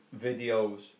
videos